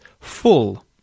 full